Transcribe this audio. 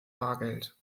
bargeld